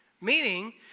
Meaning